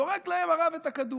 זורק להם הרב את הכדור.